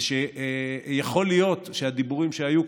ויכול להיות שהדיבורים שהיו,